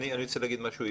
אני רוצה להגיד משהו,